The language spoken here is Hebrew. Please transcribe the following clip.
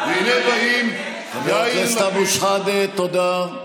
חבר הכנסת אבו שחאדה, תודה.